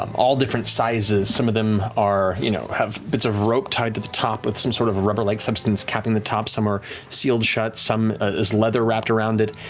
um all different sizes. some of them you know have bits of rope tied to the top with some sort of rubber-like substance capping the top. some are sealed shut. some, there's leather wrapped around it,